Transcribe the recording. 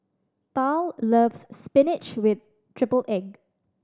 Tal loves spinach with triple egg